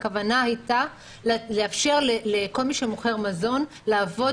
הכוונה הייתה לאפשר לכל מי שמוכר מזון לעבוד